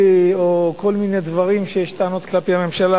או כל מיני דברים שיש בהם טענות כלפי הממשלה,